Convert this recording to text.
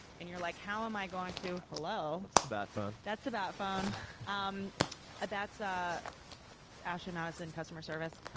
and you're like how am i going to hello? that's the bat phone. that's the bat phone um and ah ashley madison in customer service.